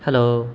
hello